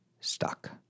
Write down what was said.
stuck